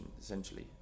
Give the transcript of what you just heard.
essentially